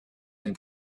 and